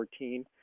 2014